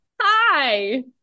Hi